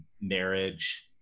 marriage